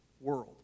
world